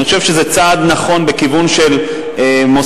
אני חושב שזה צעד נכון בכיוון של מוסדות